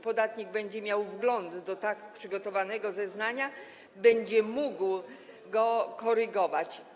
Podatnik będzie miał wgląd do tak przygotowanego zeznania, będzie mógł je korygować.